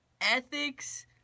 ethics